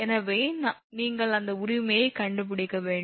எனவே நீங்கள் அந்த உரிமையை கடைபிடிக்க வேண்டும்